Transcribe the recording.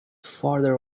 farther